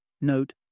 Note